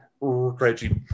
Reggie